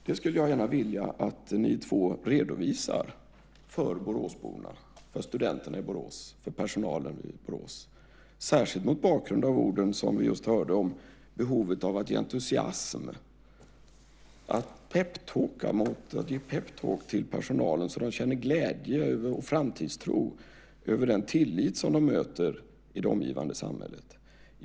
Det skulle jag gärna vilja att ni två redovisar för boråsborna, studenterna i Borås och personalen i Borås, särskilt mot bakgrund av de ord som vi just hörde om behovet av att ge entusiasm, att ha pep talk med personalen så att de känner glädje och framtidstro över den tillit som de möter i det omgivande samhället.